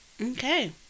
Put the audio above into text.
Okay